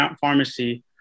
pharmacy